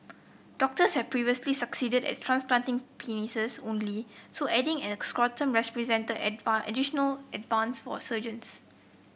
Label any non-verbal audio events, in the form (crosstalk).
doctors have previously succeeded at transplanting penises only so adding at scrotum represented (unintelligible) additional advance for surgeons